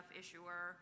issuer